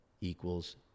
equals